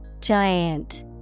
Giant